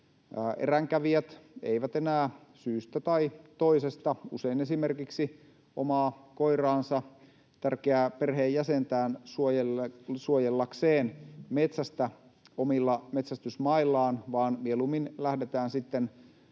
eränkävijät eivät enää syystä tai toisesta, usein esimerkiksi omaa koiraansa, tärkeää perheenjäsentään, suojellakseen metsästä omilla metsästysmaillaan, vaan mieluummin lähdetään sitten